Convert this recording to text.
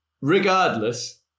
regardless